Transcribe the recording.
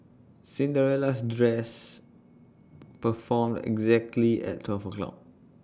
Cinderella's dress perform exactly at twelve o'clock